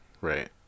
right